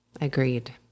agreed